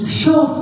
show